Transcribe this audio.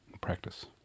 practice